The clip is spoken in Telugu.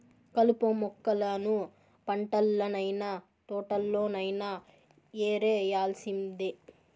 కలుపు మొక్కలను పంటల్లనైన, తోటల్లోనైన యేరేయాల్సిందే